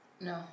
No